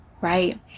right